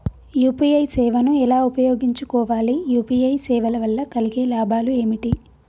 UPI సేవను ఎలా ఉపయోగించు కోవాలి? యూ.పీ.ఐ సేవల వల్ల కలిగే లాభాలు ఏమిటి?